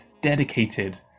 dedicated